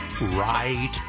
right